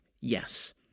yes